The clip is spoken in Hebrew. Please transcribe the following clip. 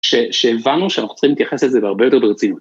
שהבנו שאנחנו צריכים להתייחס לזה בהרבה יותר ברצינות.